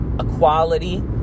equality